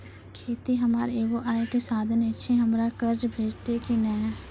खेतीये हमर एगो आय के साधन ऐछि, हमरा कर्ज भेटतै कि नै?